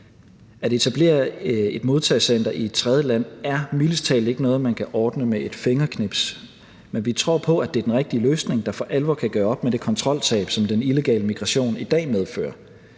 At etablere et modtagecenter i et tredjeland er mildest talt ikke noget, man kan ordne med et fingerknips. Men vi tror på, at det er den rigtige løsning, der for alvor kan gøre op med det kontroltab, som den illegale migration i dag medfører.